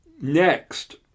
Next